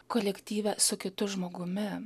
kolektyve su kitu žmogumi